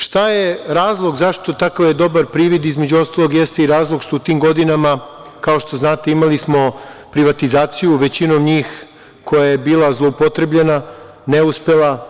Šta je razlog zašto je tako dobar privid, između ostalog jeste i razlog što u tim godina, kao što znate, imali smo privatizaciju, većinom njih koja je bila zloupotrebljena, neuspela.